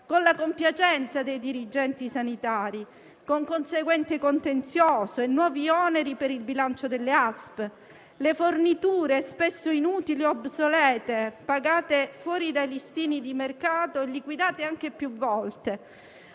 con la compiacenza dei dirigenti sanitari e con conseguente contenzioso e nuovi oneri per il bilancio delle ASP; le forniture spesso inutili ed obsolete, pagate fuori da listini di mercato e liquidate anche più volte;